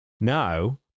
Now